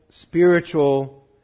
spiritual